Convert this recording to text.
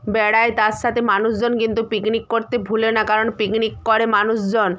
বেড়ায় তার সাথে মানুষজন কিন্তু পিকনিক করতে ভুলে না কারণ পিকনিক করে মানুষজন